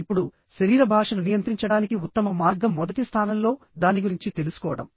ఇప్పుడు శరీర భాషను నియంత్రించడానికి ఉత్తమ మార్గం మొదటి స్థానంలో దాని గురించి తెలుసుకోవడం